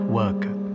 worker